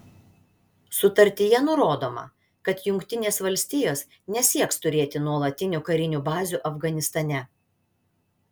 sutartyje nurodoma kad jungtinės valstijos nesieks turėti nuolatinių karinių bazių afganistane